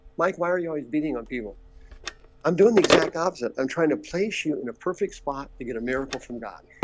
like why are you always beating on people i'm doing the exact opposite i'm trying to place you in a perfect spot to get a miracle from god